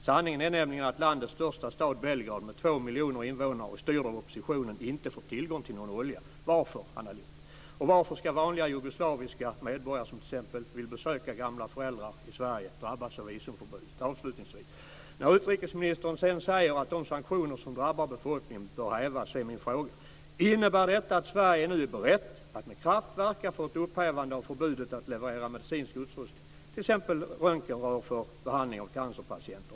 Sanningen är nämligen att landets största stad Belgrad, med två miljoner invånare och styrd av oppositionen, inte får tillgång till någon olja. Varför, Anna Lindh? Och varför ska vanliga jugoslaviska medborgare som t.ex. vill besöka gamla föräldrar i Sverige drabbas av visumförbudet? När utrikesministern sedan säger att de sanktioner som drabbar befolkningen bör hävas är min fråga: Innebär detta att Sverige nu är berett att med kraft verka för ett upphävande av förbudet att leverera medicinsk utrustning, t.ex. röntgenrör för behandling av cancerpatienter?